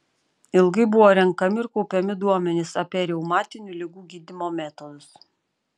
ilgai buvo renkami ir kaupiami duomenys apie reumatinių ligų gydymo metodus